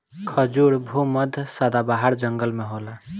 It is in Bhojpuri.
खजूर भू मध्य सदाबाहर जंगल में होला